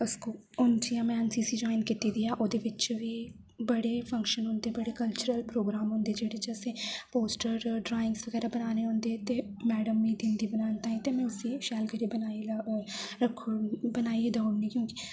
अस हून जि'यां में एन सी सी ज्वॉइन कीती दी ऐ ओह्दे बिच बी बडे फंक्शन होंदे बडे़ कल्चरल प्रोग्राम होंदे जेह्डे़ च असें पोस्टर ड्राइंग बगैरा बनाने होंदे ते मैडम मिगी दिन्दी बनाने ताहीं ते में उसी शैल करी बनाई लै रक्खी बनाइयै देई ओड़नी